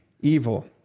evil